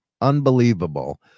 unbelievable